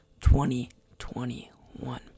2021